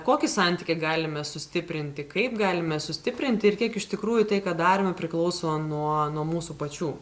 kokį santykį galime sustiprinti kaip galime sustiprinti ir kiek iš tikrųjų tai ką darome priklauso nuo nuo mūsų pačių